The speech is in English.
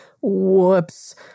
Whoops